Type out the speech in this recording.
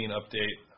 update